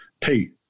Pete